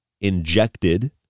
injected